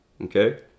okay